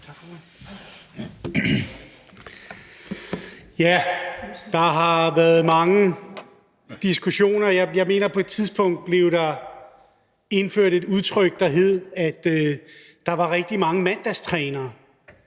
(S): Der har været mange diskussioner om det her. Jeg mener, at man på et tidspunkt begyndte at bruge et udtryk om, at der var rigtig mange mandagstrænere,